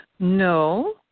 No